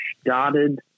started